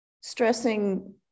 stressing